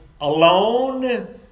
alone